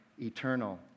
eternal